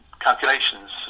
calculations